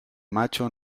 macho